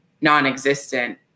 non-existent